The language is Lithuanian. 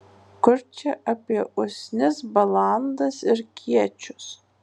kur čia apie usnis balandas ir kiečius